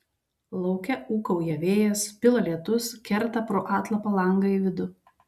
lauke ūkauja vėjas pila lietus kerta pro atlapą langą į vidų